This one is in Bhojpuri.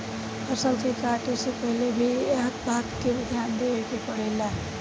फसल के काटे से पहिले भी एह बात के ध्यान देवे के पड़ेला